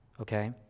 okay